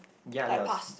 ya yes